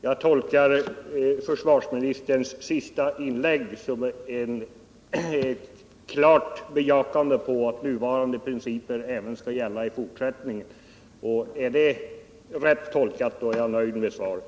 Jag tolkar försvarsministerns senaste inlägg som ett klart bejakande av att nuvarande principer skall gälla även i fortsättningen. Är det rätt tolkat så är jag nöjd med svaret.